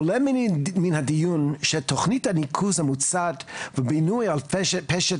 עולה מן הדיון שתכנית הניקוז המוצעת ובינוי על פשט